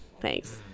Thanks